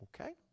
okay